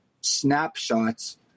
Snapshots